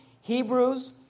Hebrews